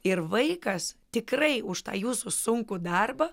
ir vaikas tikrai už tą jūsų sunkų darbą